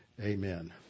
amen